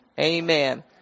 Amen